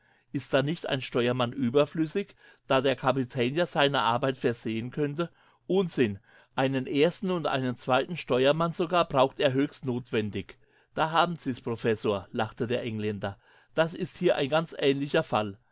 ist dann nicht ein steuermann überflüssig da der kapitän ja seine arbeit versehen könnte unsinn einen ersten und einen zweiten steuermann sogar braucht er höchst notwendig da haben sie's professor lachte der engländer das ist hier ein ganz ähnlicher fall